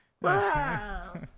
Wow